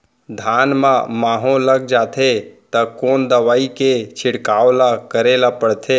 धान म माहो लग जाथे त कोन दवई के छिड़काव ल करे ल पड़थे?